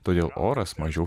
todėl oras mažiau